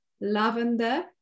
lavender